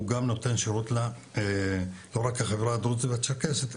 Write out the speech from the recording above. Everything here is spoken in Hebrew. הוא גם נותן שירות לא רק לחברה הדרוזית והצ'רקסית,